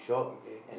okay